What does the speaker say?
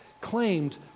claimed